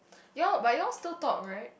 you all but you all still talk right